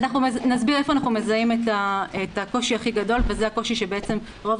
אנחנו נסביר איפה אנחנו מזהים את הקושי הכי גדול וזה הקושי שבעצם רוב